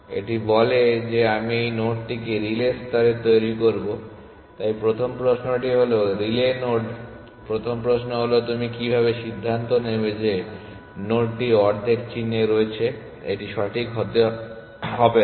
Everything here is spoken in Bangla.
এটি বলে যে আমি এই নোডটিকে রিলে স্তরে তৈরি করব তাই প্রথম প্রশ্নটি হল রিলে নোড প্রথম প্রশ্ন হল তুমি কীভাবে সিদ্ধান্ত নেবে যে নোডটি অর্ধেক চিহ্নে রয়েছে এটি সঠিক হতে হবে না